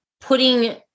putting